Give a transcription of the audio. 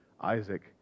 Isaac